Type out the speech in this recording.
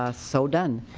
ah so done.